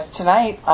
tonight